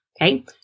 okay